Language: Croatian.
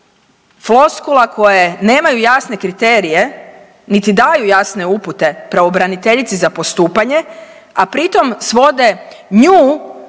floskula koje nemaju jasne kriterije, niti daju jasne upute pravobraniteljici za postupanje, a pritom svode nju